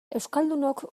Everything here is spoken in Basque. euskaldunok